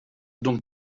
donc